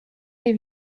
les